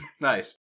Nice